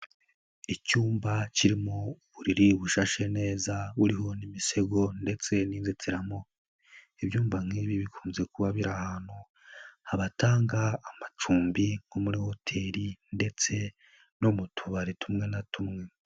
Icyumba kirimo uburiri bushashe neza, buriho n'imisego ndetse n'inzitiramubu, ibyumba nk'ibi bikunze kuba biri ahantu habatanga amacumbi nko muri hoteli ndetse no mu tubari tumwe na tumwe.